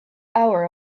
hour